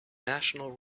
national